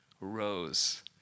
rose